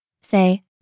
Say